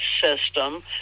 system